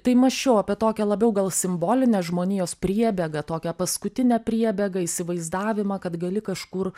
tai mąsčiau apie tokią labiau gal simbolinę žmonijos priebėgą tokią paskutinę priebėgą įsivaizdavimą kad gali kažkur